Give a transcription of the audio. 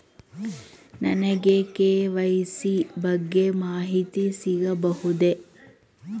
ನನಗೆ ಕೆ.ವೈ.ಸಿ ಬಗ್ಗೆ ಮಾಹಿತಿ ಸಿಗಬಹುದೇ?